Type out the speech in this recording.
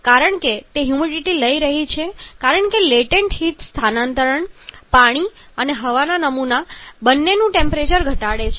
કારણ કે તે હ્યુમિડિટીને લઈ રહી છે કારણ કે લેટન્ટ હીટ સ્થાનાંતરણ પાણી અને હવાના નમૂના બંનેનું ટેમ્પરેચર ઘટાડે છે